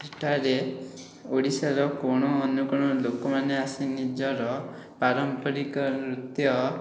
ସେଠାରେ ଓଡ଼ିଶାର କୋଣ ଅନୁକୋଣରୁ ଲୋକମାନେ ଆସି ନିଜର ପାରମ୍ପରିକ ନୃତ୍ୟ